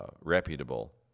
reputable